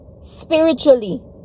Spiritually